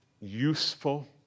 useful